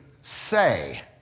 say